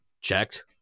checked